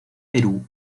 perú